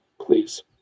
Please